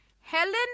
Helen